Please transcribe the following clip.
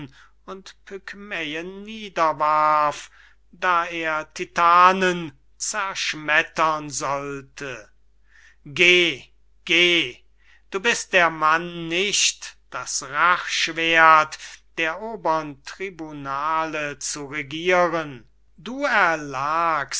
und pygmeen niederwarf da er titanen zerschmettern sollte geh geh du bist der mann nicht das rachschwerdt des obern tribunals zu regieren du erlagst